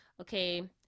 Okay